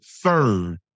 third